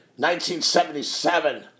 1977